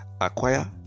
acquire